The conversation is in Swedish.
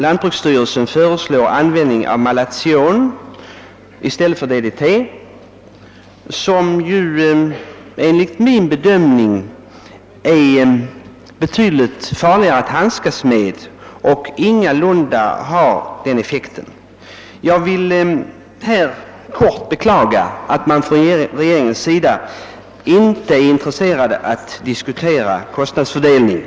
Lantbruksstyrelsen föreslår att man i stället för DDT skall använda malation, vilket preparat enligt min bedömning är betydligt farligare att handskas med och ingalunda har samma effekt som DDT. Jag har i korthet velat beklaga att regeringen inte är intresserad av att diskutera frågan om kostnadsfördelningen.